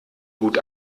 gut